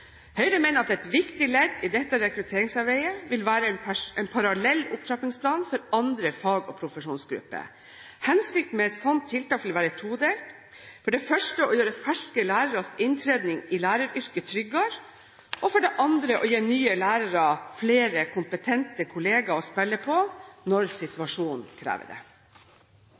Høyre mener at et viktig ledd i dette rekrutteringsarbeidet vil være en parallell opptrappingsplan for andre fag- og profesjonsgrupper. Hensikten med et slikt tiltak vil være todelt: for det første å gjøre ferske læreres inntreden i læreryrket tryggere, og for det andre å gi nye lærere flere kompetente kolleger å spille på når situasjonen krever det.